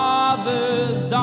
Father's